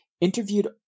interviewed